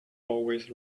always